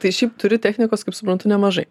tai šiaip turi technikos kaip suprantu nemažai